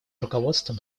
руководством